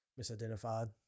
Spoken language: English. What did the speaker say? misidentified